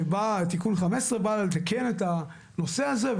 שבה תיקון 15 בא לתקן את הנושא הזה,